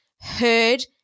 heard